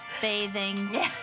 Bathing